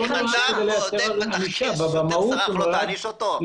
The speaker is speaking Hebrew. שוטר סרח לא תעניש אותו?